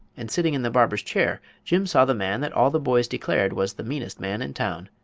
and sitting in the barber's chair jim saw the man that all the boys declared was the meanest man in town.